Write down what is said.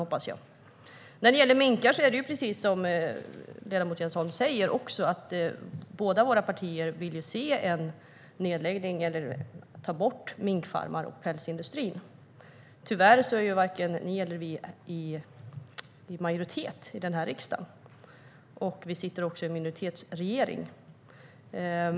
Ledamot Jens Holm tar upp minkar, och precis som han säger vill båda våra partier se en nedläggning av minkfarmer eller att både de och pälsindustrin tas bort. Tyvärr är varken ni eller vi i majoritet i riksdagen. Vi sitter dessutom i en minoritetsregering.